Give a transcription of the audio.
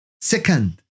second